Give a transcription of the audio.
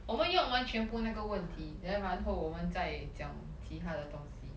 我们用完全部那个问题 then 然后我们再讲其他的东西